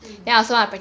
mm